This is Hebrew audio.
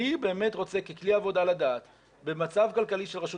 אני באמת רוצה ככלי עבודה לדעת במצב כלכלי של רשות